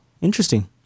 Interesting